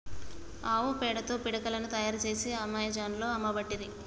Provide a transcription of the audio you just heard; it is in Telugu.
ఆవు పేడతో పిడికలను తాయారు చేసి అమెజాన్లో అమ్మబట్టిరి